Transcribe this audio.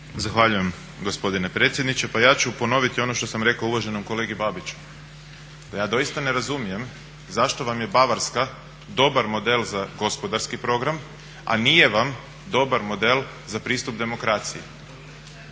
Zahvaljujem gospodine predsjedniče. Pa ja ću ponoviti ono što sam rekao uvaženom kolegi Babiću. Pa ja doista ne razumijem zašto vam je Bavarska dobar model za gospodarski program, a nije vam dobar model za pristup demokraciji.